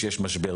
בישראל.